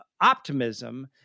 optimism